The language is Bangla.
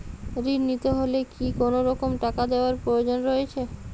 ঋণ নিতে হলে কি কোনরকম টাকা দেওয়ার প্রয়োজন রয়েছে?